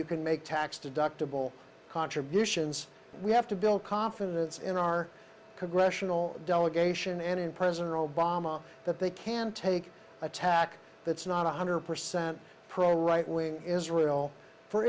you can make tax deductible contributions we have to build confidence in our congressional delegation and in president obama that they can take attack that's not one hundred percent pro right wing israel for